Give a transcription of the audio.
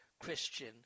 Christian